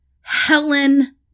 Helen